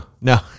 No